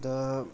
दा